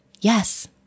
Yes